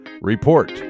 report